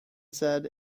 said